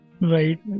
Right